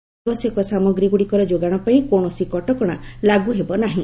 ଅତ୍ୟାବଶ୍ୟକ ସାମଗ୍ରୀ ଗୁଡ଼ିକର ଯୋଗାଣ ପାଇଁ କୌଣସି କଟକଣା ଲାଗୁ ହେବ ନାହିଁ